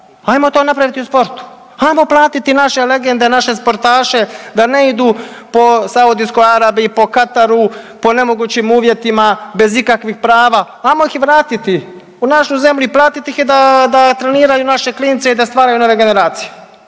Ajmo to napraviti i u sportu, ajmo platiti naše legende, naše sportaše da ne idu po Saudijskoj Arabiji, po Kataru, po nemogućim uvjetima bez ikakvih prava, ajmo ih vratiti u našu zemlju i platiti ih da, da treniraju naše klince i da stvaraju nove generacije.